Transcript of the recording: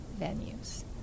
venues